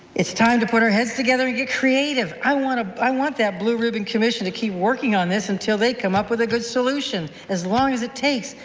it's time to put our heads together and get creative. i want ah i want that blue-ribbon commission to keep working on this until they come up with a good solution, as long as it takes.